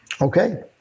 okay